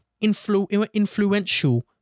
influential